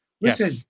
Listen